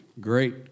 great